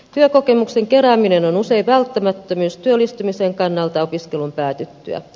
työkokemuksen kerääminen on usein välttämättömyys työllistymisen kannalta opiskelun päätyttyä